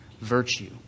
virtue